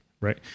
right